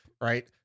Right